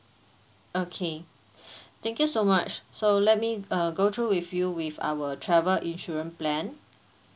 okay thank you so much so let me uh go through with you with our travel insurance plan